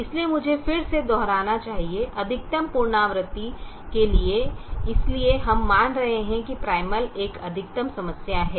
इसलिए मुझे फिर से दोहराना चाहिए अधिकतम पुनरावृत्ति के लिए इसलिए हम मान रहे हैं कि प्राइमल एक अधिकतम समस्या है